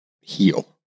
heal